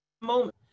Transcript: moment